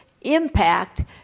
impact